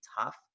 tough